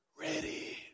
ready